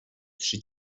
trzy